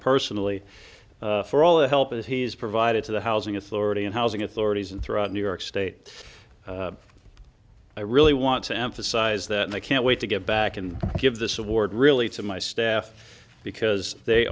personally for all the help he has provided to the housing authority and housing authorities and throughout new york state i really want to emphasize that i can't wait to get back and give this award really to my staff because they